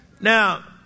Now